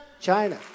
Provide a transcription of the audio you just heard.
China